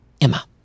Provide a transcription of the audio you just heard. Emma